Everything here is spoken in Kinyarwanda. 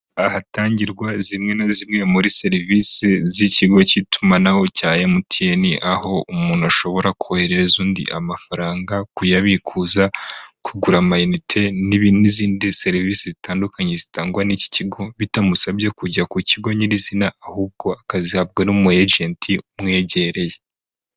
Ahatangirwa zimwe na zimwe muri serivise z'ikigo cy'itumanaho cya mtn, aho umuntu ashobora kohereza undi amafaranga kuyabikuza, kugura ama inite n'izindi serivise zitandukanye zitangwa n'iki kigo, bitamusabye kujya ku kigo nyirizina ahubwo akazihabwa n'egenti umwegereye.